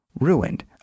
ruined